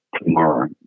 tomorrow